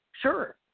Sure